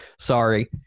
sorry